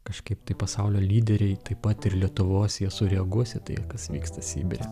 kažkaip tai pasaulio lyderiai taip pat ir lietuvos jie sureaguos į tai kas vyksta sibire